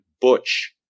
Butch